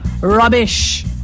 rubbish